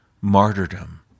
martyrdom